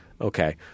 Okay